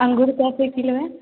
अंगूर कै रुपये किलो है